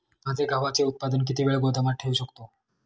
माझे गव्हाचे उत्पादन किती वेळ गोदामात ठेवू शकतो?